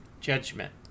Judgment